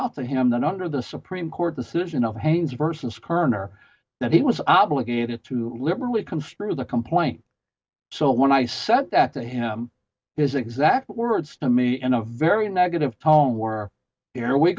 out to him that under the supreme court decision of haynes versus kerner that he was obligated to liberally construe the complaint so when i said that to him his exact words to me in a very negative tone were there we